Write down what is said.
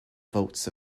votes